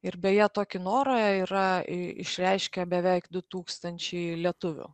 ir beje tokį norą yra i išreiškę beveik du tūkstančiai lietuvių